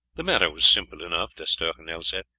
the matter was simple enough, d'estournel said.